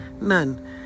None